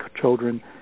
children